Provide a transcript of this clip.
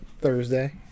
Thursday